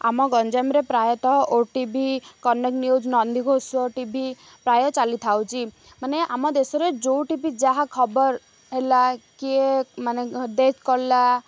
ଆମ ଗଞ୍ଜାମରେ ପ୍ରାୟତଃ ଓ T V Kanak news Nandighosh T V ପ୍ରାୟ ଚାଲି ଥାଉଛି ମାନେ ଆମ ଦେଶରେ ଯେଉଁଠିବି ଯାହା ଖବର ହେଲା କିଏ ମାନେ ଡେଥ୍ କଲା